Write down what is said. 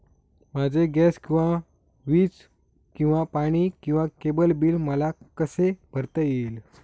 माझे गॅस किंवा वीज किंवा पाणी किंवा केबल बिल मला कसे भरता येईल?